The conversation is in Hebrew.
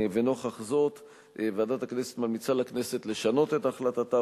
נוכח זאת ועדת הכנסת ממליצה לכנסת לשנות את החלטתה